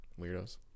weirdos